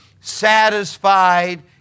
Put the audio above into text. satisfied